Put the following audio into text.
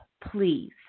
please